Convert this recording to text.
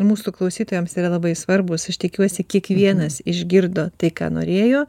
mūsų klausytojams yra labai svarbūs aš tikiuosi kiekvienas išgirdo tai ką norėjo